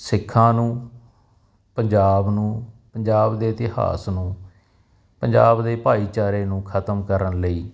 ਸਿੱਖਾਂ ਨੂੰ ਪੰਜਾਬ ਨੂੰ ਪੰਜਾਬ ਦੇ ਇਤਿਹਾਸ ਨੂੰ ਪੰਜਾਬ ਦੇ ਭਾਈਚਾਰੇ ਨੂੰ ਖਤਮ ਕਰਨ ਲਈ